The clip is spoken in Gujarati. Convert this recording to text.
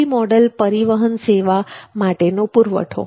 મલ્ટીમોડલ પરિવહન સેવા માટેનો પુરવઠો